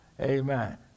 Amen